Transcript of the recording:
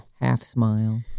Half-smile